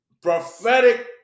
prophetic